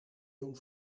doen